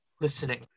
listening